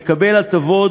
מקבל הטבות,